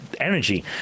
energy